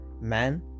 man